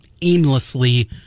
aimlessly